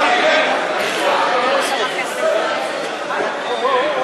לסעיף 60, חינוך,